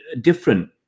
different